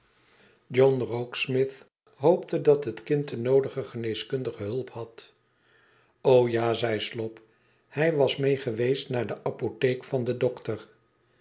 john rokesmith hoopte dat het kind de noodige geneeskundige hulp had o ja zei slop hij was mee geweest naar de apotheek van den dokter